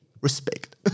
respect